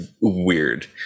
weird